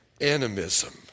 animism